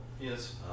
Yes